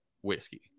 whiskey